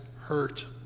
hurt